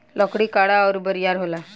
लकड़ी कड़ा अउर बरियार होला